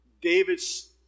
David's